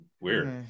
weird